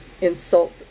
insult